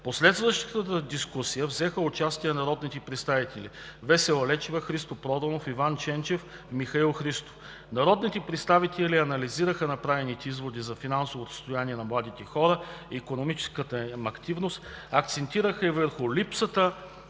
последващата дискусия взеха участие народните представители Весела Лечева, Христо Проданов, Иван Ченчев, Михаил Христов. Народните представители анализираха направените изводи за финансовото състояние на младите хора, икономическата им активност, акцентираха и върху липсата